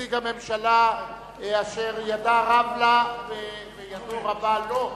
כנציג הממשלה אשר ידה רב לה וידו רבה לו.